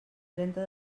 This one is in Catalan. trenta